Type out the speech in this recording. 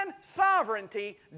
sovereignty